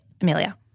Amelia